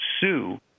sue